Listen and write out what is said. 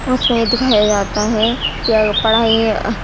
اس میں یہ دکھایا جاتا ہے کہ اگر پڑھائی